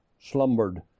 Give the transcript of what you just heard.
slumbered